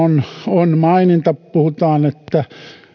on maininta puhutaan että